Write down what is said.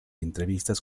entrevistas